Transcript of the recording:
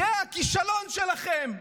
זה הכישלון שלכם,